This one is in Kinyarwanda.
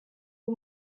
uyu